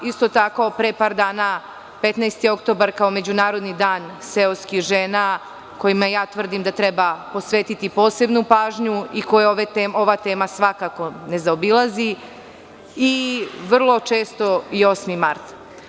Isto tako, pre par dana, 15. oktobar kao međunarodni dan seoskih žena kojima ja tvrdim da treba posvetiti posebnu pažnju i koji ova tema svakako ne zaobilazi, a vrlo često i 8. mart.